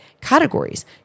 categories